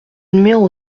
numéro